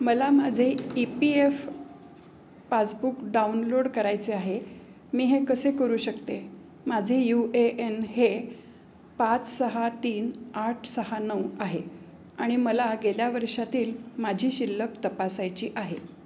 मला माझे E P F passbook download करायचे आहे मी हे कसे करू शकते माझे यू ए एन हे पाच सहा तीन आठ सहा नऊ आहे आणि मला गेल्या वर्षातील माझी शिल्लक तपासायची आहे